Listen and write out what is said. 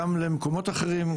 גם למקומות אחרים,